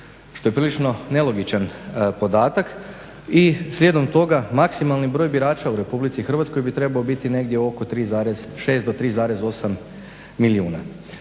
Što je prilično nelogičan podatak. I slijedom toga maksimalni broj birača u RH bi trebao biti negdje oko 3,6 do 3,8 milijuna.